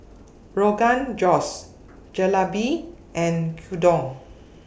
Rogan Josh Jalebi and Gyudon